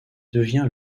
devient